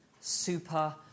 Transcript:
super